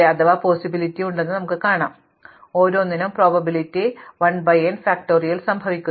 അതിനാൽ അവയിൽ ഓരോന്നിനും പ്രോബബിലിറ്റി 1 ബൈ n ഫാക്റ്റോറിയൽ സംഭവിക്കുന്നു